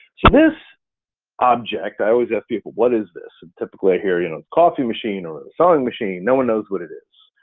so this object, i always ask people, what is this? and typically i hear you know a coffee machine or a sewing machine, no one knows what it is.